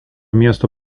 miesto